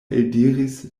eldiris